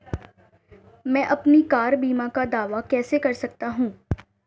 मैं अपनी कार बीमा का दावा कैसे कर सकता हूं?